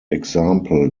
example